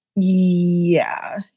yeah.